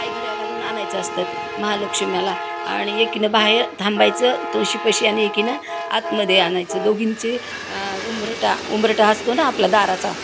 पायघड्या घालून आणायचं असतात महालक्ष्म्याला आणि एकीनं बाहेर थांबायचं तुळशीपाशी आणि एकीनं आतमध्ये आणायचं दोघींचे उंबरठा उंबरठा असतो ना आपल्या दाराचा